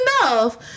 enough